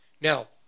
now